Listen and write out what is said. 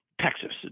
Texas